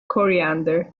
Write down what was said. coriander